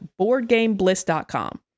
boardgamebliss.com